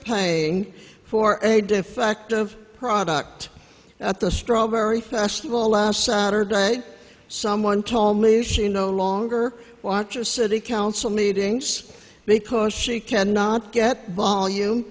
paying for a defective product at the strawberry festival last saturday someone told me she no longer watches city council meetings because she cannot get volume